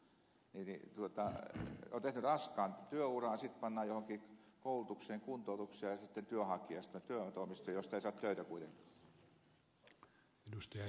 on tehnyt raskaan työuran sitten pannaan johonkin koulutukseen kuntoutukseen ja sitten työnhakijaksi työvoimatoimistoon josta ei saa töitä kuitenkaan